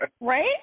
right